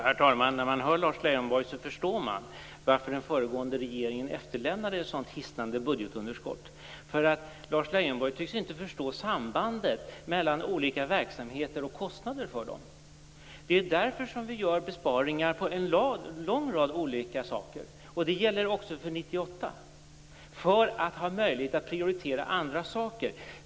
Herr talman! När man hör Lars Leijonborg förstår man varför den föregående regeringen efterlämnade ett så hisnande budgetunderskott. Lars Leijonborg tycks nämligen inte förstå sambandet mellan olika verksamheter och kostnaderna för dessa. Regeringen gör besparingar på en lång rad olika saker också under 1998 för att ha möjlighet att prioritera andra saker.